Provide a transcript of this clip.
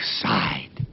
side